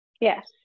Yes